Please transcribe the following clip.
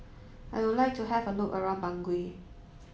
I would like to have a look around Bangui